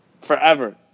forever